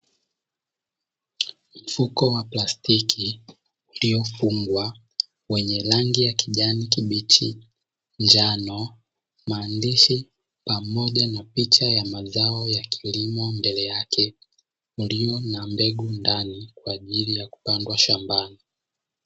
Mfuko wa plastiki uliofungwa wenye rangi ya kijani kibichi, njano, maandishi pamoja na picha ya mazao ya kilimo mbele yake, ulio na mbegu ndani kwa ajili ya kupandwa shambani.